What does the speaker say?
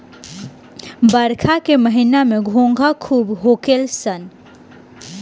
बरखा के महिना में घोंघा खूब होखेल सन